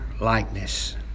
likeness